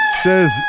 says